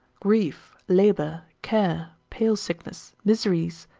grief, labour, care, pale sickness, miseries,